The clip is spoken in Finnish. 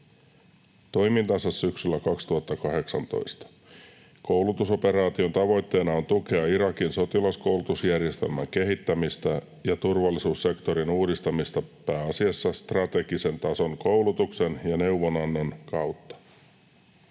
toimintansa syksyllä 2018. Koulutusoperaation tavoitteena on tukea Irakin sotilaskoulutusjärjestelmän kehittämistä ja turvallisuussektorin uudistamista pääasiassa strategisen tason koulutuksen ja neuvonannon kautta.